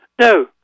No